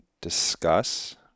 discuss